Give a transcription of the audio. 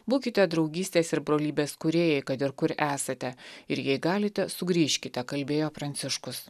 būkite draugystės ir brolybės kūrėjai kad ir kur esate ir jei galite sugrįžkite kalbėjo pranciškus